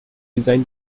design